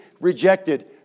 rejected